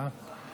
בבקשה.